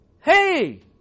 Hey